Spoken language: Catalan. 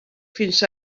fins